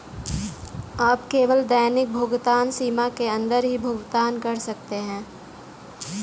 आप केवल दैनिक भुगतान सीमा के अंदर ही भुगतान कर सकते है